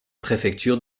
préfecture